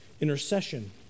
Intercession